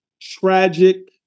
tragic